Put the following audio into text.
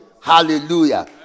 Hallelujah